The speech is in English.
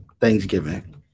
Thanksgiving